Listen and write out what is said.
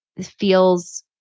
feels